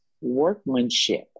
workmanship